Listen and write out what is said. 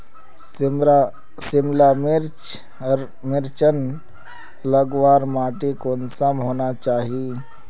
सिमला मिर्चान लगवार माटी कुंसम होना चही?